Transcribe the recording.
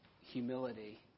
humility